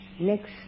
next